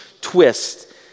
twist